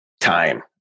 time